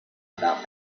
about